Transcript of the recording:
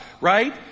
right